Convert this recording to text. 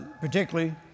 particularly